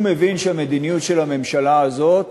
הוא מבין שהמדיניות של הממשלה הזאת